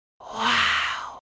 Wow